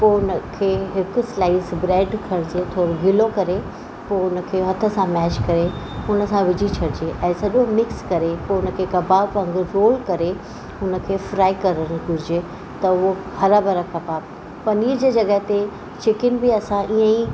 पोइ हुनखे हिकु स्लाइस ब्रेड खणिजे थोरो गीलो करे पोइ हुनखे हथ सां मैश करे हुनसां विझी छॾिजे ऐं सॼो मिक्स करे पोइ हुनखे कबाब वांगुर रोल करे उनखे फ्राई करणु घुरिजे त हो हरा भरा कबाब पनीर जी जॻह ते चिकन बि असां ईअंई